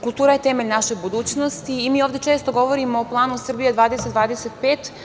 Kultura je temelj naše budućnosti i mi ovde često govorimo o planu „Srbija 2025“